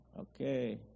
Okay